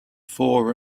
four